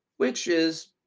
which is,